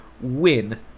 win